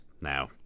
now